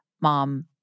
mom